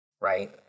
right